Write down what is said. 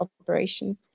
operation